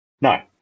No